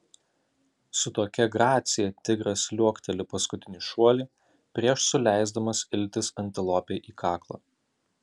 su tokia gracija tigras liuokteli paskutinį šuolį prieš suleisdamas iltis antilopei į kaklą